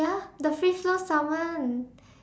ya the free flow Salmon